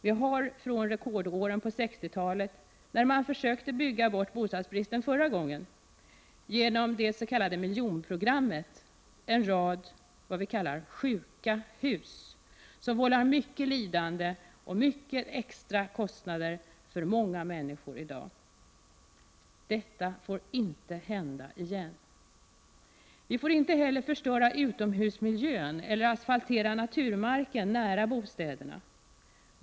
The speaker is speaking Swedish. Vi har från rekordåren på 60-talet — när man försökte bygga bort bostadsbristen förra gången, genom det s.k. miljonprogrammet — en rad s.k. sjuka hus som vållar mycket lidande och extra kostnader för många människor i dag. Detta får inte hända igen. Vi får inte heller förstöra utomhusmiljön eller asfaltera naturmarken nära bostäderna.